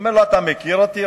אומר לו: אתה מכיר אותי?